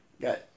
Got